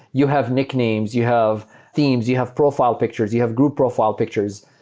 you have nicknames. you have themes. you have profile pictures. you have group profile pictures.